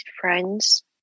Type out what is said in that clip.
friends